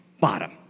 bottom